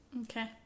Okay